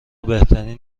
بهترین